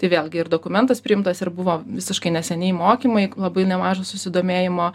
tai vėlgi ir dokumentas priimtas ir buvo visiškai neseniai mokymai labai nemažo susidomėjimo